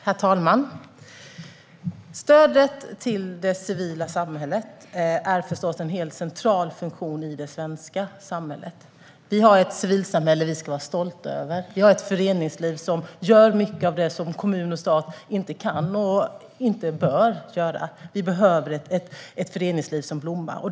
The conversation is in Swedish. Herr talman! Stödet till det civila samhället är förstås en helt central funktion i det svenska samhället. Vi har ett civilsamhälle vi ska vara stolta över. Vi har ett föreningsliv som gör mycket av det som kommun och stat inte kan och inte bör göra. Vi behöver ett föreningsliv som blommar.